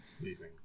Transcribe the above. leaving